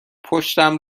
پشتم